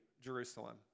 Jerusalem